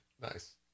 Nice